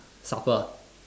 supper